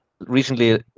Recently